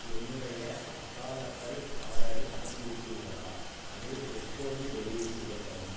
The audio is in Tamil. என்னுடைய மசாலாக்கள் ஆர்டரை அனுப்பிவிட்டீர்களா அது எப்போது டெலிவரி செய்யப்படும்